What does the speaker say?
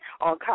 on